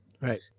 Right